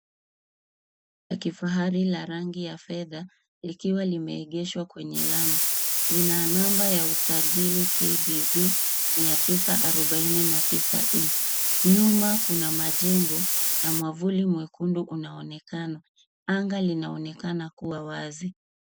Gari la kifahari la rangi ya fedha likiwa limeegeshwa kwenye lami, lina namba ya usajili KBV 949E. Nyuma kuna majengo na mwavuli mwekundu unaonekana. Anga linonekana kuwa wazi.